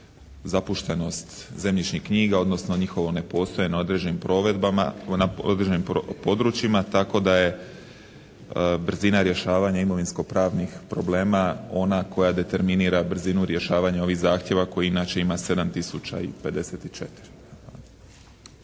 zapuštenost zemljišnih knjiga, odnosno njihovo ne postoje na određenim područjima tako da je brzina rješavanja imovinsko-pravnih problema ona koja determinira brzinu rješavanja ovih zahtjeva koji inače ima 7